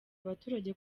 abaturage